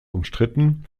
umstritten